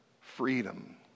freedom